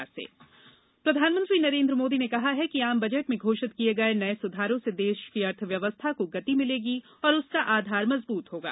प्रधानमंत्री बजट प्रधानमंत्री नरेन्द्र मोदी ने कहा है कि आम बजट में घोषित किये गये नये सुधारों से देश की अर्थ व्यवस्था को गति मिलेगी और उसका आधार मजबूत होगा